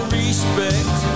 respect